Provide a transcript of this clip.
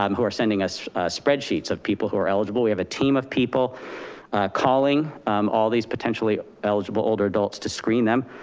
um who are sending us spreadsheets of people who are eligible. we have a team of people calling all these potentially eligible older adults to screen them.